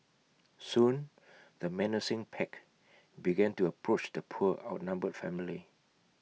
soon the menacing pack began to approach the poor outnumbered family